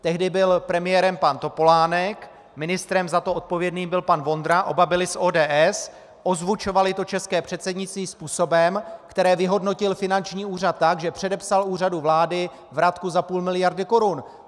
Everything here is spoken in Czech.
Tehdy byl premiérem pan Topolánek, ministrem za to odpovědným byl pan Vondra, oba byli z ODS, ozvučovali české předsednictvím způsobem, které vyhodnotil finanční úřad tak, že předepsal úřadu vlády vratku za půl miliardy korun.